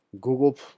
Google